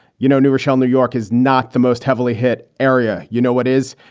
you know, new rochelle, new york is not the most heavily hit area. you know, it is.